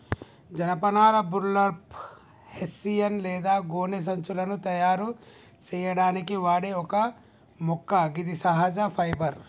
జనపనార burlap, hessian లేదా గోనె సంచులను తయారు సేయడానికి వాడే ఒక మొక్క గిది సహజ ఫైబర్